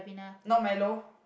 not Milo